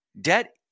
debt